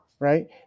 right